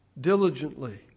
diligently